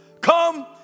come